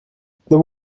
the